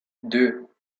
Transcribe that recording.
deux